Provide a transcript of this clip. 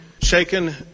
shaken